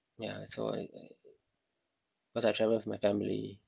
ya so I because I travel with my family